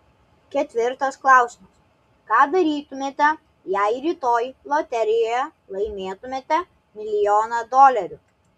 ketvirtas klausimas ką darytumėte jei rytoj loterijoje laimėtumėte milijoną dolerių